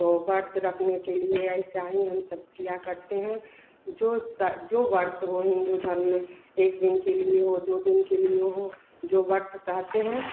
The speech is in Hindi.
तो व्रत रह्खने के लिए ऐसा ही हम सब किया करते है जो जो व्रत हो हिन्दू धर्म में एक दिन के लिए हो दो दिन के लिए हो जो व्रत सहते हैं